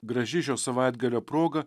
graži šio savaitgalio proga